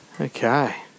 Okay